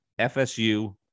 FSU